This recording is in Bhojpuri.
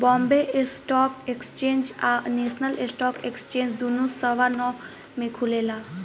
बॉम्बे स्टॉक एक्सचेंज आ नेशनल स्टॉक एक्सचेंज दुनो सवा नौ में खुलेला